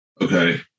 Okay